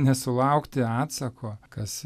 nesulaukti atsako kas